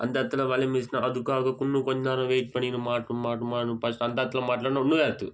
அந்த இடத்துல வலையை விரிச்சோன்னா அதுக்காக இன்னும் கொஞ்சம் நேரம் வெயிட் பண்ணிக்கின்னு மாட்டும் மாட்டும் மாட்டும் ஃபஸ்ட் அந்த இடத்துல மாட்லைனா இன்னோரு இடத்துக்கு